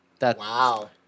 Wow